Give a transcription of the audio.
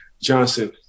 Johnson